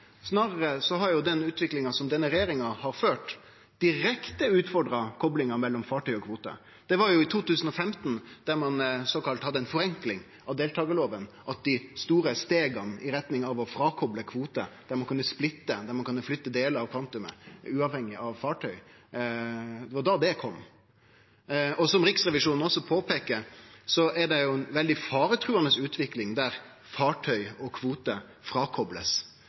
Snarare har den utviklinga som denne regjeringa har ført, direkte utfordra koplinga mellom fartøy og kvote. Det var i 2015, da ein hadde ei såkalla forenkling av deltakarlova, dei store stega i retning av å kople frå kvote kom, der ein kunne splitte, der ein kunne flytte delar av samfunnet uavhengig av fartøy. Og som Riksrevisjonen også påpeiker, er det ei veldig faretruande utvikling der fartøy og